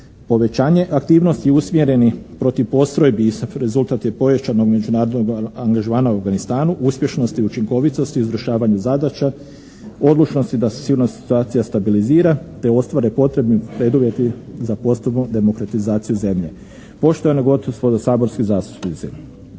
Povećanje aktivnosti usmjereni protiv postrojbi ISAF rezultat je pojačano međunarodnog angažmana u Afganistanu, uspješnosti i učinkovitosti u izvršavanju zadaća, odlučnosti da se sigurnosna situacija stabilizira te ostvare potrebni preduvjeti za postrojbom demokratizaciju zemlje. Poštovana gospodo saborski zastupnici,